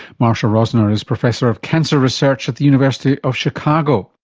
marsha rosner is professor of cancer research at the university of chicago